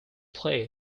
play